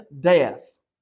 death